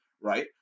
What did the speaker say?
right